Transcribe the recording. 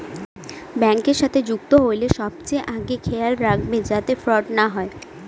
ব্যাঙ্কের সাথে যুক্ত হইলে সবচেয়ে আগে খেয়াল রাখবে যাতে ফ্রড না হয়